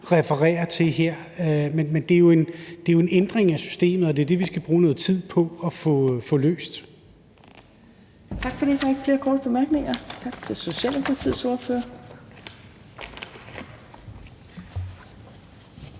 refererer til her. Men det er jo en ændring af systemet, og det er det, vi skal bruge noget tid på at få løst. Kl. 17:56 Fjerde næstformand (Trine Torp): Tak for det. Der er ikke flere korte bemærkninger. Tak til Socialdemokratiets ordfører. Den